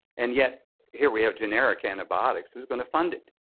and yet here we have generic antibiotics, who's going to fund it?